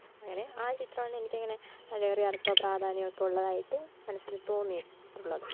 അങ്ങനെ ആ ചിത്രമാണെനിക്കിങ്ങനെ അതിലേറെ അര്ത്ഥമോ പ്രാധാന്യം ഒക്കെ ഉള്ളതായിട്ട് മനസ്സില് തോന്നിയിട്ടുള്ളത്